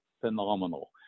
phenomenal